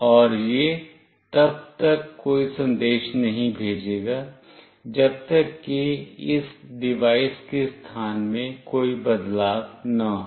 और यह तब तक कोई संदेश नहीं भेजेगा जब तक कि इस डिवाइस के स्थान में कोई बदलाव न हो